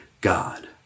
God